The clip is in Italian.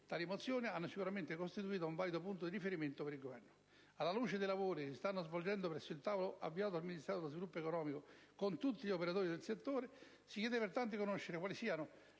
Tali mozioni hanno sicuramente costituito un valido punto di riferimento per il Governo. Alla luce dei lavori che si stanno svolgendo presso il tavolo avviato dal Ministero dello sviluppo economico con tutti gli operatori del settore, si chiede pertanto di conoscere quali siano